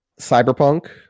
cyberpunk